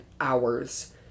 hours